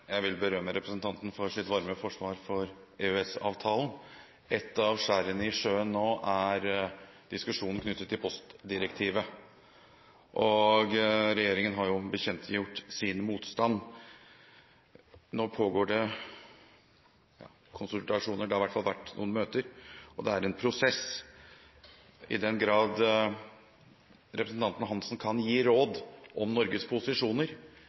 Jeg vil berømme representanten for hans varme forsvar for EØS-avtalen. Et av skjærene i sjøen nå er diskusjonen knyttet til postdirektivet. Regjeringen har jo bekjentgjort sin motstand. Nå pågår det konsultasjoner – det har i hvert fall vært noen møter – og det er en prosess. I den grad representanten Hansen kan gi råd om Norges posisjoner,